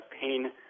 pain